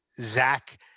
Zach